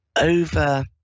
over